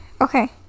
okay